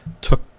took